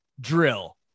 drill